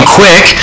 quick